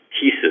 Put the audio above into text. pieces